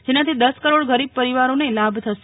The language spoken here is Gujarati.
જેનાથી દસ કરોડ ગરીબ પરિવારોને લાભ થશે